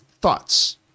thoughts